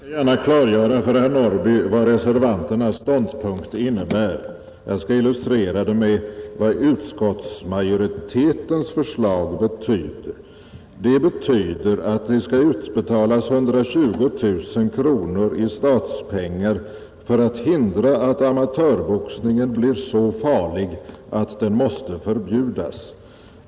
Herr talman! Jag vill gärna klargöra för herr Norrby i Gunnarskog vad reservanternas ståndpunkt innebär. Jag skall illustrera det med vad utskottsmajoritetens förslag betyder, nämligen att det skall utbetalas 120 000 kronor i statspengar för att hindra att amatörboxningen blir så farlig att den måste förbjudas.